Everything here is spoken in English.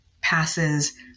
passes